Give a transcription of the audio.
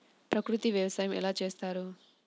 ప్రకృతి వ్యవసాయం ఎలా చేస్తారు?